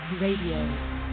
radio